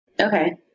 Okay